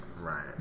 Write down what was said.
Right